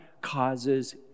causes